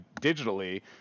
digitally